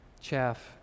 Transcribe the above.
chaff